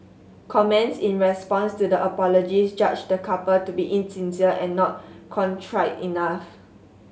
comments in response to the apologies judged the couple to be insincere and not contrite enough